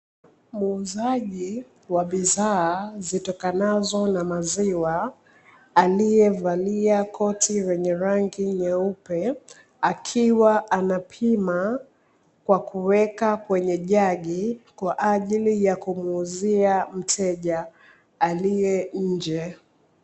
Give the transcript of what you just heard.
Muuzaji wa bidhaa zitokanazo na maziwa, aliyevalia koti lenye rangi nyeupe, akiwa anapima kwa kuweka kwenye jagi, kwa ajili ya kumuuzia mteja aliye nje.